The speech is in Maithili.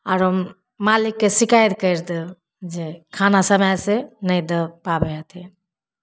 आरो मालिकके शिकायत कैरि देब जे खाना समय से नै दऽ पाबै हथिन